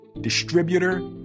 distributor